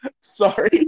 sorry